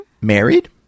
married